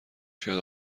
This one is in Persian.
شاید